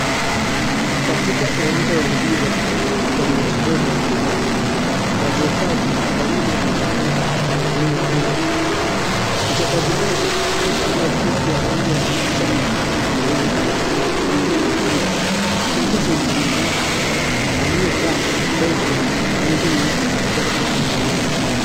Katika uwanja wa mpira, wa netboli ya wanawake. Wachezaji wawili wanaonekana waking'ang'ania mpria. Mchezaji mmoja aliyevalia jezi ya kijani, anaonekana anakimbia na mpira huku mpizani wake aliyevaa jezi ya rangi nyeupe akijaribu kumnyang'anya.